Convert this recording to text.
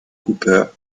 cooper